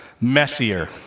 messier